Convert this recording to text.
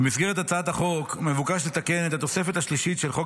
במסגרת הצעת החוק מבוקש לתקן את התוספת השלישית לחוק